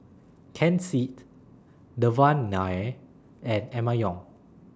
Ken Seet Devan Nair and Emma Yong